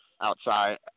outside